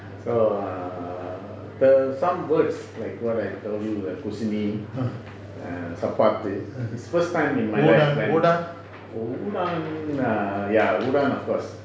udang udang